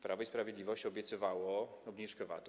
Prawo i Sprawiedliwość obiecywało obniżkę VAT-u.